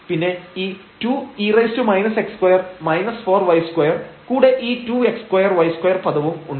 പിന്നെ ഈ 2 e കൂടെ ഈ 2 x2 y2 പദവും ഉണ്ട്